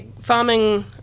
farming